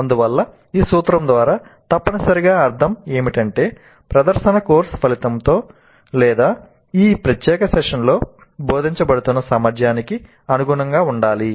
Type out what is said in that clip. అందువల్ల ఈ సూత్రం ద్వారా తప్పనిసరిగా అర్థం ఏమిటంటే ప్రదర్శన కోర్సు ఫలితంతో లేదా ఈ ప్రత్యేక సెషన్లో బోధించబడుతున్న సామర్థ్యానికి అనుగుణంగా ఉండాలి